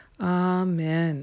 Amen